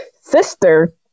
sister